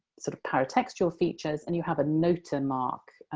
sort of, paratextual features, and you have a nota and mark,